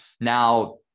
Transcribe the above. Now